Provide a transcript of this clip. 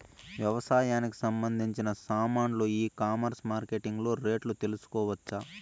వ్యవసాయానికి సంబంధించిన సామాన్లు ఈ కామర్స్ మార్కెటింగ్ లో రేట్లు తెలుసుకోవచ్చా?